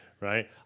right